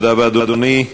תודה רבה, אדוני.